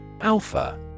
Alpha